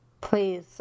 Please